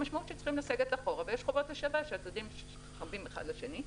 המשמעות היא שצריכים לסגת אחורה ויש חובות השבה שהצדדים חבים אחד לשני.